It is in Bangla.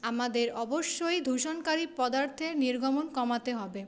আমাদের অবশ্যই দূষণকারী পদার্থের নির্গমন কমাতে হবে